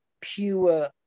pure